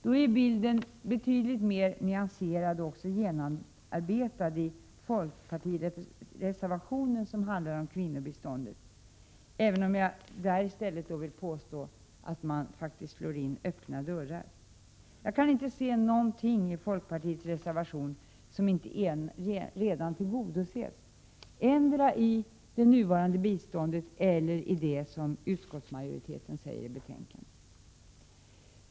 Då är bilden betydligt mer nyanserad och också genomarbetad i folkpartireservationen som handlar om kvinnobiståndet, även om jag vill påstå att man där i stället slår in öppna dörrar. Jag kan inte se någonting i folkpartiets reservation som inte redan tillgodoses, endera i det nuvarande biståndet eller i det som utskottsmajoriteten säger i betänkandet.